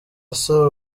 asaba